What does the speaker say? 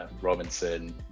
Robinson